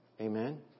Amen